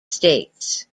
states